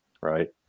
right